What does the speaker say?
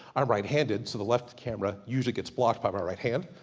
i'm right handed so the left camera, usually gets blocked by my right hand.